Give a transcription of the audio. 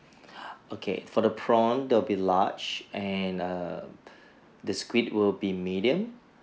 okay for the prawn that would be large and err the squid would be medium